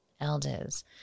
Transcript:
elders